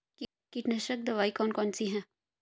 कीटनाशक दवाई कौन कौन सी हैं?